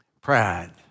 Pride